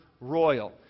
royal